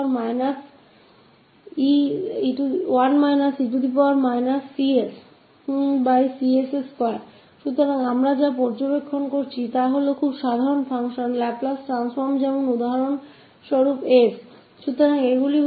तो हमने क्या देखा की एक बार हम जान जाए बहुत सिंपल फंक्शन क लाप्लास ट्रांसफॉर्म जैसे की फंक्शन 1 का फंक्शन 𝑡𝑛 या 𝑡𝛾 का और exponential functions का